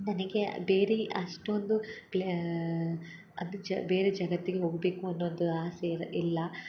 ನನಗೆ ಬೇರೆ ಅಷ್ಟೊಂದು ಅದು ಜ ಬೇರೆ ಜಗತ್ತಿಗೆ ಹೋಗಬೇಕು ಅನ್ನುವಂಥ ಆಸೆ ಇರ್ ಇಲ್ಲ